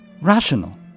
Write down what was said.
rational